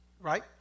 Right